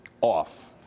off